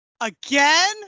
Again